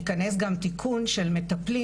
ייכנס גם תיקון של מטפלים